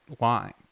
line